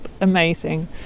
amazing